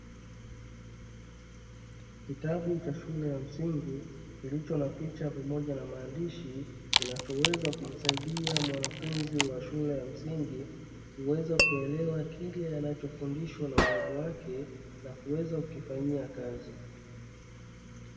Kitabu cha shule ya msingi kilicho na picha pamoja na maandishi kinachoweza kumsaidia mwanafunzi wa shule ya msingi kuweza kuelewa kile anacho fundishwa na mwalimu wake na kuweza kukifanyia kazi.